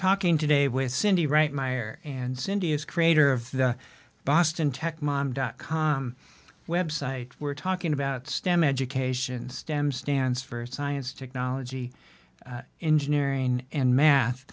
talking today with cindy wright meyer and cindy is creator of the boston tech mom dot com website we're talking about stem education stem stands for science technology engineering and math